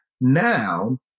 now